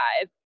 five